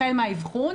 החל מהאבחון,